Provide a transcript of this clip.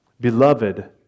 Beloved